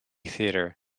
theatre